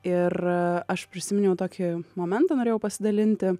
ir aš prisiminiau tokį momentą norėjau pasidalinti